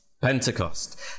Pentecost